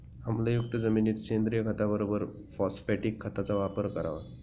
आम्लयुक्त जमिनीत सेंद्रिय खताबरोबर फॉस्फॅटिक खताचा वापर करावा